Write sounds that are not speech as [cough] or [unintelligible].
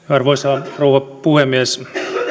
[unintelligible] arvoisa rouva puhemies